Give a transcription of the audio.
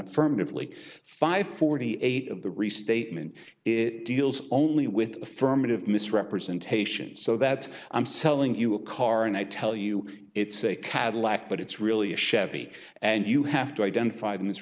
affirmatively five forty eight of the restatement it deals only with affirmative misrepresentations so that i'm selling you a car and i tell you it's a cadillac but it's really a chevy and you have to identify the